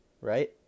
Right